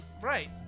right